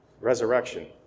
resurrection